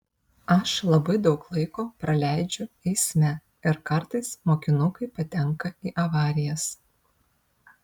aš labai daug laiko praleidžiu eisme ir kartais mokinukai patenka į avarijas